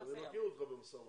אני מכיר אותך במשא ומתן,